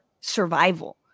survival